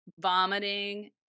vomiting